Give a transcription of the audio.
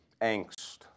angst